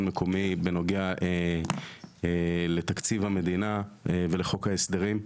מקומי בנוגע לתקציב המדינה ולחוק ההסדרים,